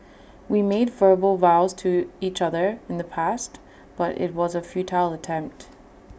we made verbal vows to each other in the past but IT was A futile attempt